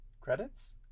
credits